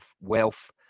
wealth